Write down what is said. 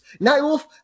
nightwolf